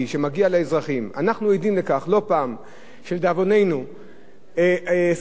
לדאבוננו קורות שרפות בבתים והן משאירות את האנשים,